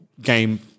game-